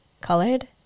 colored